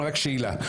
רק שאלה.